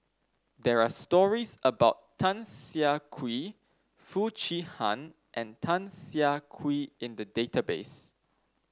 there are stories about Tan Siah Kwee Foo Chee Han and Tan Siah Kwee in the database